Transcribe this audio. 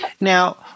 Now